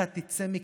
אתה תצא מכליך.